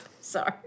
Sorry